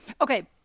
Okay